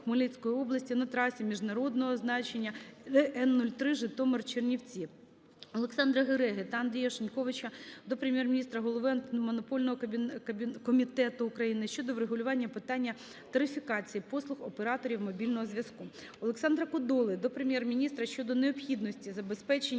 Хмельницької області на трасі міжнародного значення Н-03 Житомир - Чернівці. Олександра Гереги та Андрія Шиньковича до Прем'єр-міністра, голови Антимонопольного комітету України щодо врегулювання питання тарифікації послуг операторів мобільного зв'язку. Олександра Кодоли до Прем'єр-міністра щодо необхідності забезпечення